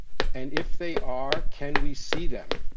and if they are, can we see them.